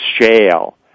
shale